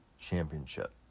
Championship